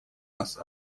нас